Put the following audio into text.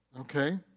Okay